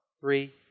three